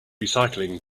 recycling